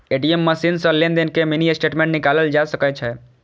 ATM machine सं लेनदेन के मिनी स्टेटमेंट निकालल जा सकै छै